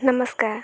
ନମସ୍କାର